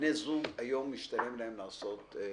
בני זוג היום משתלם להם לעשות ביטוח.